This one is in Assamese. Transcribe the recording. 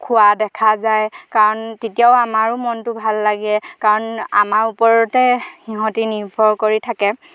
খোৱা দেখা যায় কাৰণ তেতিয়াওঁ আমাৰো মনটো ভাল লাগে কাৰণ আমাৰ ওপৰতে সিহঁতি নিৰ্ভৰ কৰি থাকে